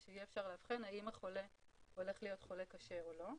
שיהיה אפשר לאבחן האם החולה הולך להיות קשה או לא.